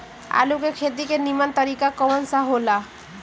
आलू के खेती के नीमन तरीका कवन सा हो ला?